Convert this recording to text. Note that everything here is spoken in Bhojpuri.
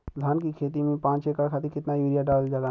धान क खेती में पांच एकड़ खातिर कितना यूरिया डालल जाला?